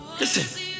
listen